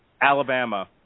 Alabama